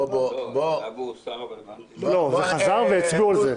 זה חזר והצביעו על זה.